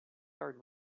guard